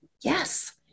yes